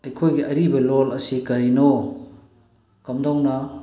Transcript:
ꯑꯩꯈꯣꯏꯒꯤ ꯑꯔꯤꯕ ꯂꯣꯜ ꯑꯁꯤ ꯀꯔꯤꯅꯣ ꯀꯝꯗꯧꯅ